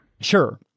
sure